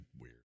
weird